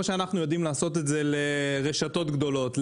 שאנחנו יודעים לעשות את זה לרשתות גדולות,